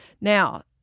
Now